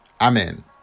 amen